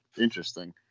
interesting